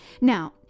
Now